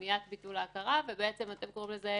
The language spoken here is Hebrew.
"מניעת ביטול ההכרה" ואתם קוראים לזה